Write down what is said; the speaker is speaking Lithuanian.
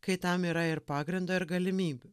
kai tam yra ir pagrindo ir galimybių